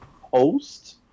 Host